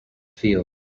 field